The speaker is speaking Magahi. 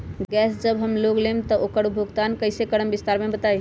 गैस जब हम लोग लेम त उकर भुगतान कइसे करम विस्तार मे बताई?